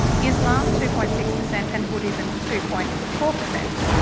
islam two point six per cent and buddhism, two point four per cent,